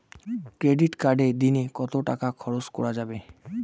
Credit কার্ডে দিনে কত টাকা খরচ করা যাবে?